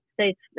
states